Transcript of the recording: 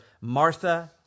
Martha